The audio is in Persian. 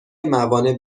موانع